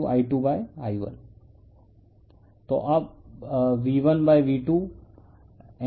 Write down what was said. तो V1V2 अब N1N2I2I1N1N2K है